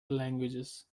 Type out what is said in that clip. languages